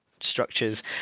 structures